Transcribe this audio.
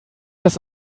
das